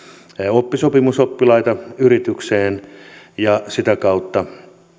oppisopimusoppilaita yritykseen ja sitä kautta